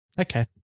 okay